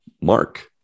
Mark